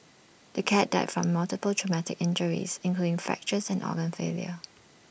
the cat died from multiple traumatic injuries including fractures and organ failure